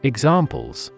Examples